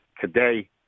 today